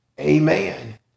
Amen